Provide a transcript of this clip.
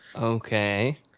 Okay